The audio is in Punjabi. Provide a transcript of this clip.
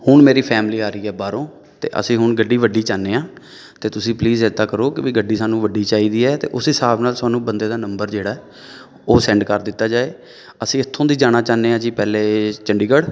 ਹੁਣ ਮੇਰੀ ਫੈਮਿਲੀ ਆ ਰਹੀ ਹੈ ਬਾਹਰੋਂ ਅਤੇ ਅਸੀਂ ਹੁਣ ਗੱਡੀ ਵੱਡੀ ਚਾਹੁੰਦੇ ਹਾਂ ਅਤੇ ਤੁਸੀਂ ਪਲੀਜ਼ ਇੱਦਾਂ ਕਰੋ ਕਿ ਵੀ ਗੱਡੀ ਸਾਨੂੰ ਵੱਡੀ ਚਾਹੀਦੀ ਹੈ ਅਤੇ ਉਸ ਹਿਸਾਬ ਨਾਲ ਸਾਨੂੰ ਬੰਦੇ ਦਾ ਨੰਬਰ ਜਿਹੜਾ ਉਹ ਸੈਂਡ ਕਰ ਦਿੱਤਾ ਜਾਵੇ ਅਸੀਂ ਇੱਥੋਂ ਦੀ ਜਾਣਾ ਚਾਹੁੰਦੇ ਹਾਂ ਜੀ ਪਹਿਲਾਂ ਚੰਡੀਗੜ੍ਹ